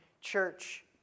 church